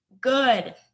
good